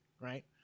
right